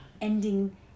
ending